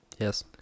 Yes